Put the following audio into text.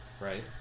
Right